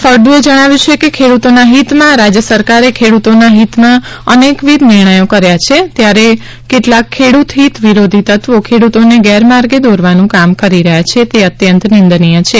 ફળદુએ જણાવ્યું છે કે ખેડૂતોના હિતમાં રાજ્ય સરકારે ખેડ્રતોના હિતમાં અનેકવિધ નિર્ણયો કર્યા છે ત્યારે કેટલાક ખેડ્રત હિત વિરોધી તત્વો ખેડૂતોને ગેરમાર્ગે દોરવાનું કામ કરી રહ્યા છે તે અત્યંત નિંદનીય છે